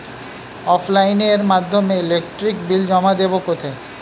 অফলাইনে এর মাধ্যমে ইলেকট্রিক বিল জমা দেবো কোথায়?